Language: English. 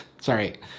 sorry